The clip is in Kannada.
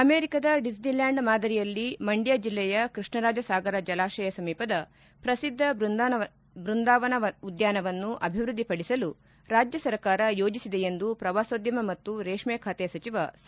ಅಮೆರಿಕದ ಡಿಸ್ತಿ ಲ್ಯಾಂಡ್ ಮಾದರಿಯಲ್ಲಿ ಮಂಡ್ಯ ಜಿಲ್ಲೆಯ ಕೃಷ್ಣ ರಾಜ ಸಾಗರ ಜಲಾಶಯ ಸಮೀಪದ ಪ್ರಸಿದ್ಧ ಬೃಂದಾವನ ಉದ್ಯಾನವನ್ನು ಅಭಿವೃದ್ದಿ ಪಡಿಸಲು ರಾಜ್ಯ ಸರ್ಕಾರ ಯೋಜಸಿದೆ ಎಂದು ಪ್ರವಾಸೋದ್ಯಮ ಮತ್ತು ರೇಷ್ ಖಾತೆ ಸಚಿವ ಸಾ